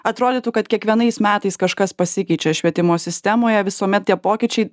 atrodytų kad kiekvienais metais kažkas pasikeičia švietimo sistemoje visuomet tie pokyčiai